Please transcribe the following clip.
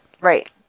right